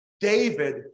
David